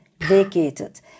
vacated